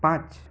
পাঁচ